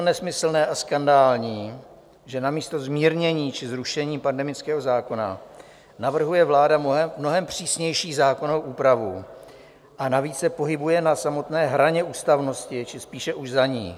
Je naprosto nesmyslné a skandální, že namísto zmírnění či zrušení pandemického zákona navrhuje vláda mnohem přísnější zákonnou úpravu, a navíc se pohybuje na samotné hraně ústavnosti, či spíše už za ní.